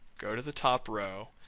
go to the top row.